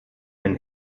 einen